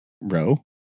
row